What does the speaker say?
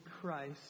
Christ